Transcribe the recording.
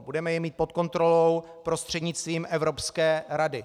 Budeme je mít pod kontrolou prostřednictvím Evropské rady.